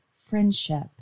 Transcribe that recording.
friendship